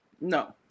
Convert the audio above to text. No